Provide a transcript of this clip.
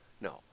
No